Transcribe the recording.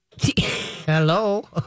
Hello